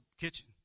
kitchen